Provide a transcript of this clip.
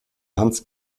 hans